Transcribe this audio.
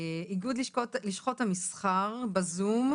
איגוד לשכות המסחר, בזום.